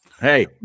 Hey